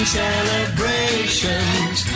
celebrations